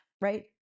right